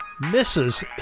misses